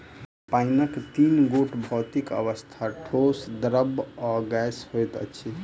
पाइनक तीन गोट भौतिक अवस्था, ठोस, द्रव्य आ गैस होइत अछि